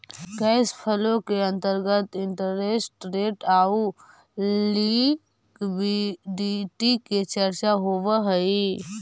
cash flow के अंतर्गत interest rate आउ लिक्विडिटी के चर्चा होवऽ हई